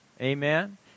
Amen